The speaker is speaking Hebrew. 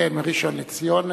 כן, מראשון-לציון.